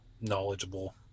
knowledgeable